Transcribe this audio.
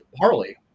Harley